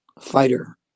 Fighter